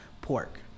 pork